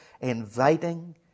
inviting